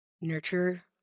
Nurture